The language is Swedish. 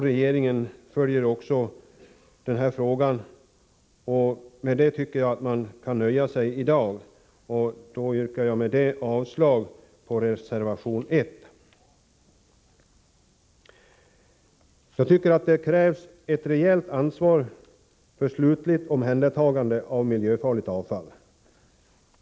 Regeringen följer också denna fråga med uppmärksamhet. Med det anser jag att man i dag kan nöja sig. Jag yrkar avslag på reservation 1. Det krävs ett rejält ansvar för slutligt omhändertagande av miljöfarligt avfall.